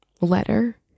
letter